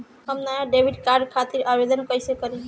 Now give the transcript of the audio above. हम नया debit card खातिर आवेदन कईसे करी?